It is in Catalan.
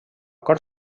cort